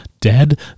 dead